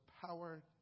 power